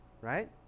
Right